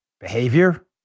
Behavior